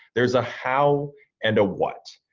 there's a how and a what.